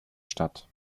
statt